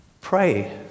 pray